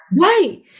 Right